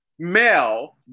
male